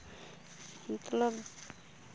ᱢᱚᱛᱞᱚᱵ